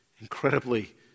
incredibly